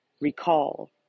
recall